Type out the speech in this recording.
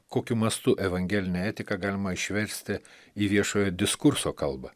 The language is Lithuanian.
kokiu mastu evangelinę etiką galima išversti į viešojo diskurso kalbą